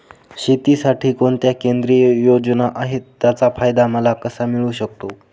शेतीसाठी कोणत्या केंद्रिय योजना आहेत, त्याचा फायदा मला कसा मिळू शकतो?